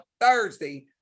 Thursday